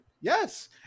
yes